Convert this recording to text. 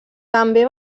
també